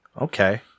Okay